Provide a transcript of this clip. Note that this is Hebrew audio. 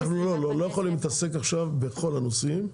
אנחנו לא יכולים להתעסק עכשיו בכל הנושאים.